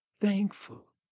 Thankful